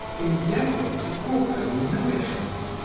endeavoring to forego nourishment,